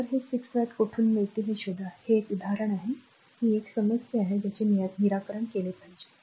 तर हे 6 वॅट कोठून मिळतील हे शोधा हे एक उदाहरण आहे की ही एक r समस्या आहे ज्याचे निराकरण केले पाहिजे